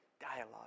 dialogue